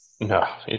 No